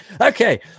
Okay